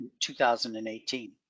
2018